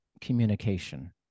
communication